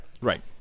Right